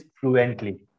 fluently